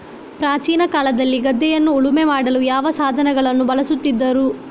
ಪ್ರಾಚೀನ ಕಾಲದಲ್ಲಿ ಗದ್ದೆಯನ್ನು ಉಳುಮೆ ಮಾಡಲು ಯಾವ ಸಾಧನಗಳನ್ನು ಬಳಸುತ್ತಿದ್ದರು?